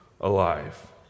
alive